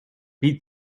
beat